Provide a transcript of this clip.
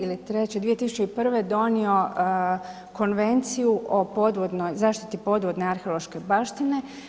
Ili '03., 2001. donio Konvenciju o podvodnoj, zaštiti podvodne arheološke baštine.